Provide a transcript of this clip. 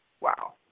Wow